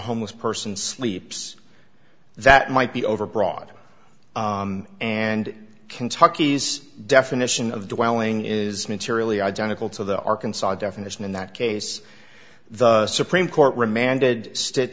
homeless person sleeps that might be over broad and kentucky's definition of dwelling is materially identical to the arkansas definition in that case the supreme court remanded st